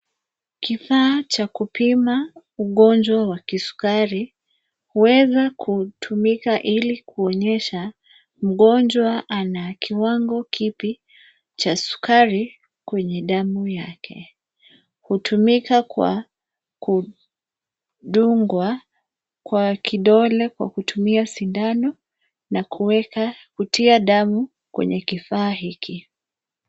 Kifaa cha kupima ugonjwa wa kisukari; huweza kutumika ili kuonyesha mgonjwa ana kiwango kipi cha sukari kwenye damu yake. Hutumika kwa kudungwa kwa kidole kwa kutumia sindano na kuweka kutia damu kwenye kifaa hiki.